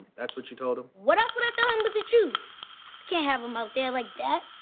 that's what you told him? what else would i tell him but the truth? i can't have him out there like that.